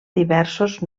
diversos